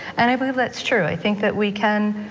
and i believe that's true i think that we can